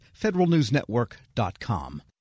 federalnewsnetwork.com